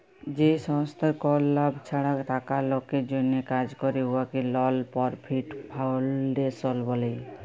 যে সংস্থার কল লাভ ছাড়া টাকা লকের জ্যনহে কাজ ক্যরে উয়াকে লল পরফিট ফাউল্ডেশল ব্যলে